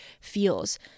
feels